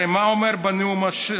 הרי מה הוא אמר בנאום השהידים?